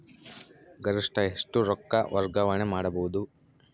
ಗರಿಷ್ಠ ಎಷ್ಟು ರೊಕ್ಕ ವರ್ಗಾವಣೆ ಮಾಡಬಹುದು?